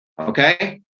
okay